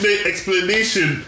explanation